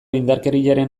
indarkeriaren